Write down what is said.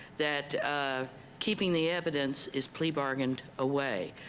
that ah keeping the evidence is plea bargained away.